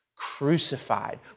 crucified